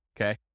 okay